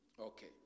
Okay